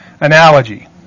analogy